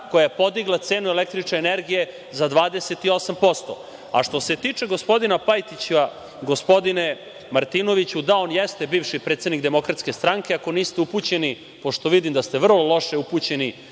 koja je podigla cenu električne energije za 28%.Što se tiče gospodina Pajtića, gospodine Martinoviću, da, on jeste bivši predsednik DS. Ako niste upućeni, pošto vidim da ste vrlo lošu upućeni